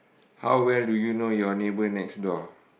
how well do you know your neighbour next door